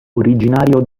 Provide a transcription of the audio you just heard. originario